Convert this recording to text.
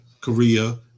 Korea